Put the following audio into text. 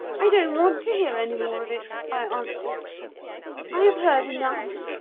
i don't want to hear any more of it i answered i have heard enough